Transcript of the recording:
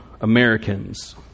Americans